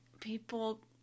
people